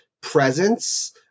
presence